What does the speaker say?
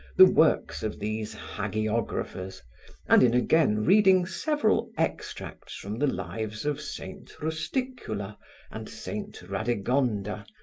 the works of these hagiographers and in again reading several extracts from the lives of saint rusticula and saint radegonda,